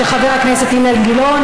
של חבר הכנסת אילן גילאון.